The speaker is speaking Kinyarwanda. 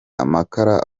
amakara